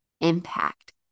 Impact